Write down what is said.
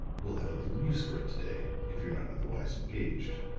we'll have a little use for it to-day, if you're not otherwise engaged.